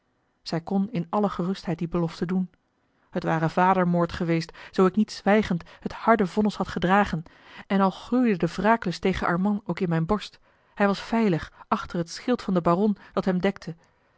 zij kon in alle gerustheid die belofte doen het ware vadermoord geweest zoo ik niet zwijgend het harde vonnis had gedragen en al gloeide de wraaklust tegen armand ook in mijne borst hij was veilig achter het schild van den baron dat hem dekte